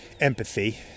empathy